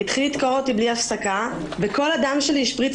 התחיל לדקור אותי בלי הפסקה וכל הדם שלי השפריץ